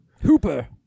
hooper